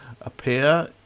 appear